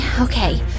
okay